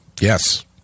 Yes